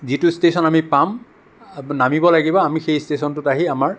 যিটো ষ্টেচন আমি পাম নামিব লাগিব আমি সেই ষ্টেচনটোত আহি আমাৰ